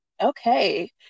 Okay